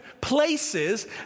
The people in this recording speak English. places